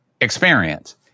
experience